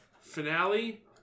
finale